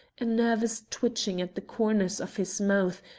a nervous twitching at the corners of his mouth,